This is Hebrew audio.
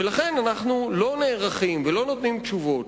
ולכן אנחנו לא נערכים ולא נותנים תשובות,